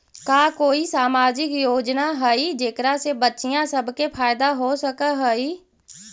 का कोई सामाजिक योजना हई जेकरा से बच्चियाँ सब के फायदा हो सक हई?